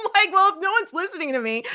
i'm like, well, if no one's listening to me,